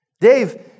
Dave